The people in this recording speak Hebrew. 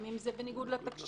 גם אם זה בניגוד לתקשי"ר,